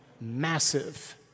massive